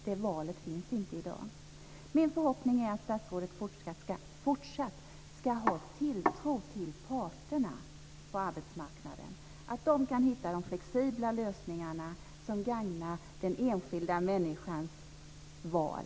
Det valet finns inte i dag. Min förhoppning är att statsrådet fortsatt ska ha tilltro till parterna på arbetsmarknaden, att de kan hitta de flexibla lösningarna som gagnar den enskilda människans val.